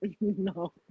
No